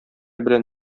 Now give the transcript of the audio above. белән